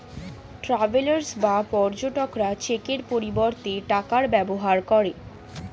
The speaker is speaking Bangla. ট্রাভেলার্স বা পর্যটকরা চেকের পরিবর্তে টাকার ব্যবহার করে